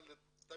אבל אנחנו